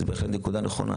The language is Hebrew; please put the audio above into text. בהחלט זו נקודה חשובה.